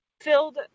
filled